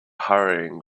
hurrying